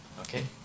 Okay